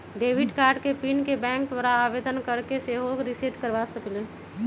debit card के PIN के bank द्वारा आवेदन कऽ के सेहो रिसेट करबा सकइले